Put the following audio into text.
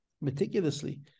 meticulously